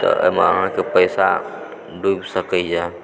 ओहिमे अहाँके पैसा डुबि सकैया